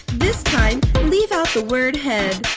this time leave out word head.